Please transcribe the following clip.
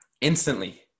instantly